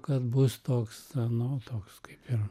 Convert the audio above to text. kad bus toks nu toks kaip ir